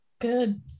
Good